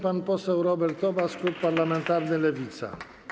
Pan poseł Robert Obaz, klub parlamentarny Lewica.